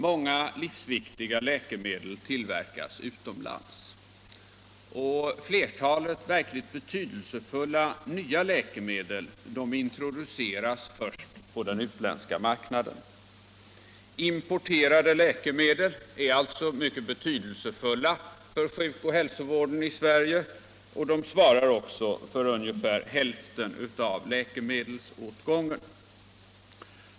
Många livsviktiga läkemedel tillverkas utomlands, och flertalet verkligt betydelsefulla nya läkemedel introduceras först på den utländska marknaden. Importerade läkemedel är sålunda mycket betydelsefulla för sjukoch hälsovården i Sverige, och de svarar också för ungefär hälften av läkemedelsåtgången.